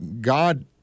God